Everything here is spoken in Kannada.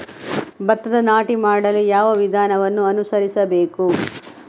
ಭತ್ತದ ನಾಟಿ ಮಾಡಲು ಯಾವ ವಿಧಾನವನ್ನು ಅನುಸರಿಸಬೇಕು?